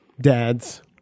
Dads